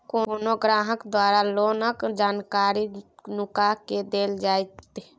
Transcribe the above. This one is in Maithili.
कोनो ग्राहक द्वारा लोनक जानकारी नुका केँ देल जाएत छै